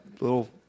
little